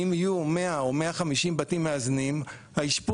אם יהיו 100 או 150 בתים מאזנים האשפוז